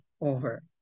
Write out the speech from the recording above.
Over